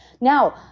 Now